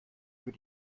für